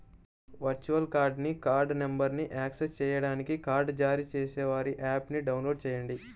virtual కార్డ్ని card నంబర్ను access చేయడానికి కార్డ్ జారీ చేసేవారి యాప్ని డౌన్లోడ్ చేయండి